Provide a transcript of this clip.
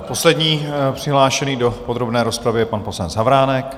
Poslední přihlášený do podrobné rozpravy je pan poslanec Havránek.